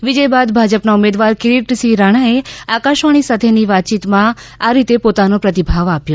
વિજય બાદ ભાજપના ઉમેદવાર કિરિટસિંહ રાણાએ આકાશવાણી સાથેની વાતચીતમાં આ રીતે પોતાનો પ્રતિભાવ આપ્યો